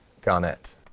Garnett